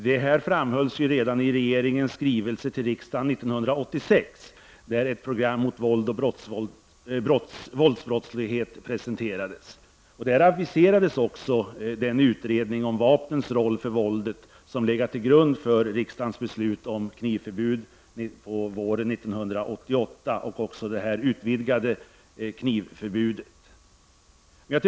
Detta framhölls redan i regeringens skrivelse till riksdagen 1986, i vilken ett program mot våld och våldsbrottslighet presenterades. Där aviserades också den utredning om vapnens roll för våldet som legat till grund för riksdagens beslut om ett knivförbud våren 1988 och även det utvidgade knivförbud vi nu diskuterar.